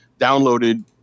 downloaded